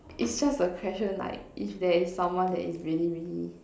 it's just a question if there is someone that is really really